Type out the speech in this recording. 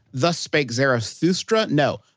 thus spake zarathustra? no.